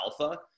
alpha